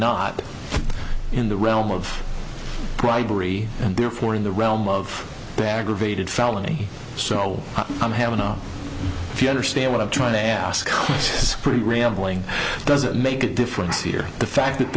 not in the realm of bribery and therefore in the realm of bag of ated felony so i'm having a if you understand what i'm trying to ask is pretty rambling does it make a difference here the fact that